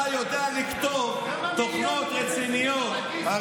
אתה יודע לכתוב תוכנות רציניות.